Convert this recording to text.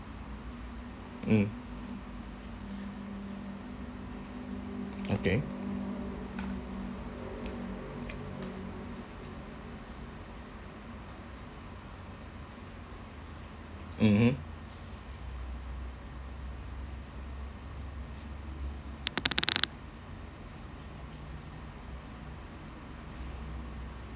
mm okay mmhmm